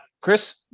Chris